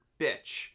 bitch